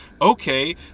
Okay